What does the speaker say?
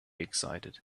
excited